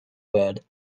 word